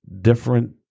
different